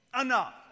enough